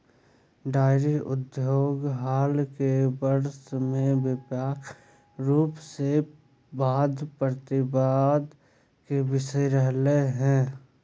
dairy उद्योग हाल के वर्ष में व्यापक रूप से वाद प्रतिवाद के विषय रहलय हें